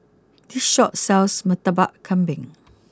this Shop sells Murtabak Kambing